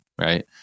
Right